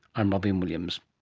i'm robyn williams